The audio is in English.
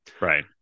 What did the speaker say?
right